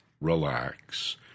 relax